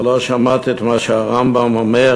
אבל לא שמעתי את מה שהרמב"ם אומר,